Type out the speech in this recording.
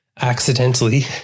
accidentally